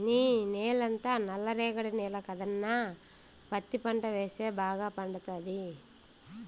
నీ నేలంతా నల్ల రేగడి నేల కదన్నా పత్తి పంట వేస్తే బాగా పండతాది